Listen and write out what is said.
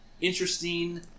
interesting